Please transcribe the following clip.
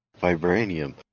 Vibranium